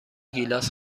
گیلاس